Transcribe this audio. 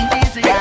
easy